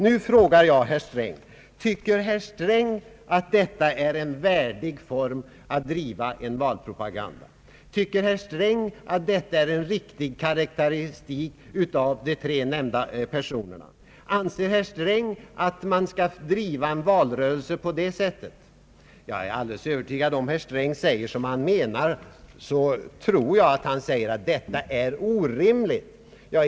Nu frågar jag herr Sträng: Tycker herr Sträng att detta är en värdig form att driva en valpropaganda på? Tycker herr Sträng att detta är en riktig karakteristik av de tre nämnda personerna? Anser herr Sträng att man kan driva en valrörelse på det sättet? Jag är alldeles övertygad om att om herr Sträng säger vad han menar så säger han att detta är orimligt.